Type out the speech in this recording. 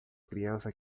criança